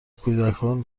کودکان